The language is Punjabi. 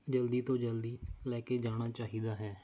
ਜਲਦੀ ਤੋਂ ਜਲਦੀ ਲੈ ਕੇ ਜਾਣਾ ਚਾਹੀਦਾ ਹੈ